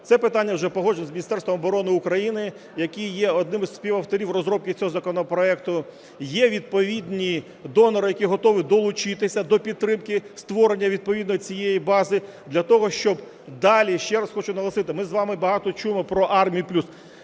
Це питання вже погоджено з Міністерством оборони України, яке є одним із співавторів розробки цього законопроекту. Є відповідні донори, які готові долучитися до підтримки створення відповідно цієї бази для того, щоб далі, ще раз хочу наголосити, ми з вами багато чуємо про "Армію+",